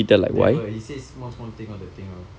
never he say small small thing all that thing all